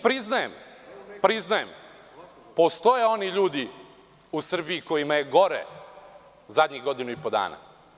Priznajem, postoje oni ljudi u Srbiji kojima je gore zadnjih godinu i po dana.